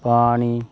पानी